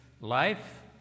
life